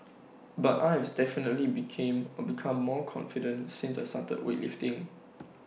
but I have definitely became become more confident since I started weightlifting